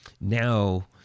now